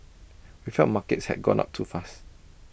we felt markets had gone up too fast